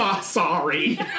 Sorry